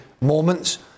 moments